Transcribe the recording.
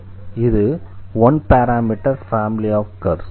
இது 1 parameter family of curves